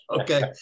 okay